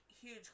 huge